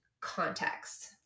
context